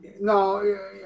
No